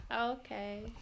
Okay